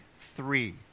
three